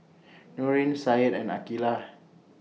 Nurin Said and Aqilah